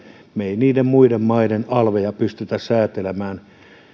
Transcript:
me niiden muiden maiden alveja pysty säätelemään